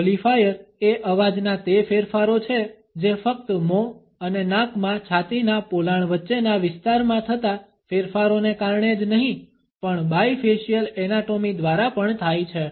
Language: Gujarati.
ક્વોલિફાયર એ અવાજના તે ફેરફારો છે જે ફક્ત મોં અને નાકમાં છાતીનાં પોલાણ વચ્ચેના વિસ્તારમાં થતા ફેરફારોને કારણે જ નહીં પણ બાયફેશિયલ એનાટોમી દ્વારા પણ થાય છે